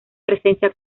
presencia